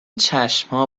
چشمها